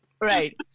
Right